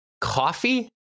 Coffee